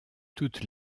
toutes